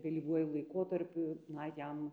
vėlyvuoju laikotarpiu na jam